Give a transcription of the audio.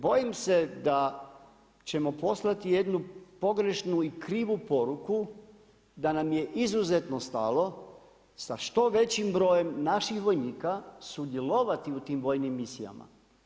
Bojim se da ćemo poslati jednu pogrešnu i krivu poruku, da nam je izuzetno stalo, sa što većim brojim naših vojnika sudjelovati u tim vojnim misijama.